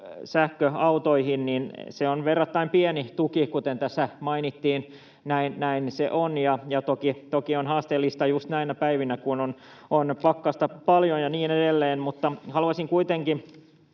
sähköautoihin on verrattain pieni tuki, kuten tässä mainittiin. Näin se on, ja toki on haasteellista just näinä päivinä, kun on pakkasta paljon ja niin edelleen. Haluaisin kuitenkin